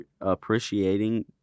appreciating